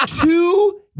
two